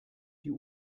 die